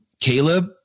Caleb